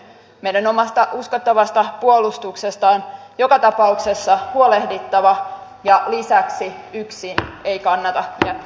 meidän omasta uskottavasta puolustuksesta on joka tapauksessa huolehdittava ja yksin ei kannata jättäytyä